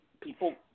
people